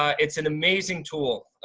it's an amazing tool.